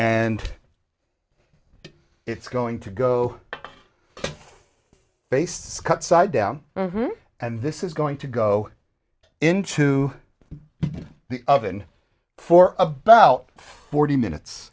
and it's going to go bastes cut side down and this is going to go into the oven for a bow forty minutes